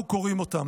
אנחנו קוראים עליהם.